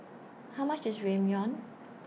How much IS Ramyeon